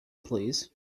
please